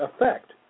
effect